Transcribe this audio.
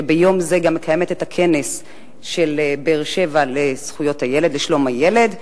שהיום גם מקיימת את כנס באר-שבע לשלום הילד.